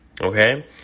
Okay